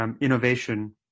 Innovation